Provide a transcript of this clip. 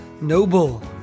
noble